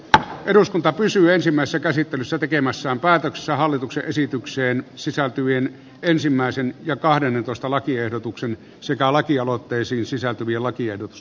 tämä eduskunta pysyy ensimmäistä käsittelyssä tekemässään päätöksessä hallituksen esitykseen sisältyvien ensimmäisen ja kahdennentoista lakiehdotuksen sikalakialoitteisiin sisältyviä lakiehdotus